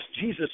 Jesus